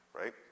Right